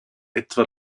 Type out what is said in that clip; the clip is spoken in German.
etwa